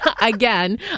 again